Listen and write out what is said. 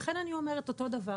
לכן אני אומרת אותו דבר,